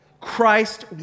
Christ